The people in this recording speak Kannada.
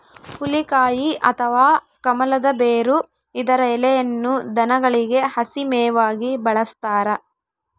ಹುಲಿಕಾಯಿ ಅಥವಾ ಕಮಲದ ಬೇರು ಇದರ ಎಲೆಯನ್ನು ದನಗಳಿಗೆ ಹಸಿ ಮೇವಾಗಿ ಬಳಸ್ತಾರ